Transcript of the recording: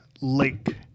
lake